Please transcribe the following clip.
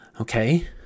Okay